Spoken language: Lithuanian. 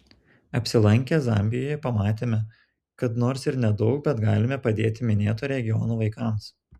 apsilankę zambijoje pamatėme kad nors ir nedaug bet galime padėti minėto regiono vaikams